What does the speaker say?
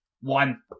One